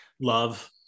Love